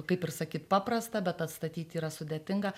kaip ir sakyt paprasta bet atstatyti yra sudėtinga